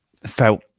felt